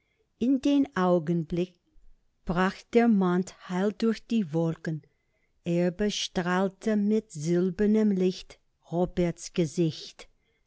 in dem augenblick brach der mond hell durch die wolken er bestrahlte mit silbernem licht roberts gesicht